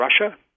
Russia